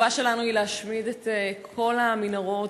החובה שלנו היא להשמיד את כל המנהרות